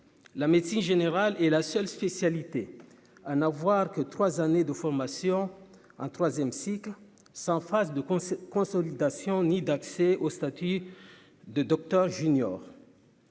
la médecine générale est la seule spécialité à n'avoir que 3 années de formation, un 3ème cycle sans phase de consolidation ni d'accès au statut de Docteur junior.